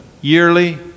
yearly